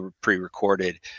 pre-recorded